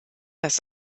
das